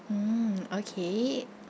mm okay